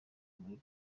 muri